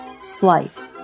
Slight